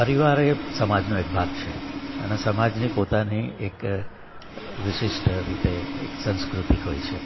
પરિવાર એ સમાજનો એક ભાગ છે અને સમાજની પોતાની એક વિશિષ્ટ રીતે એક સંસ્કૃતિ હોય છે